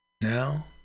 now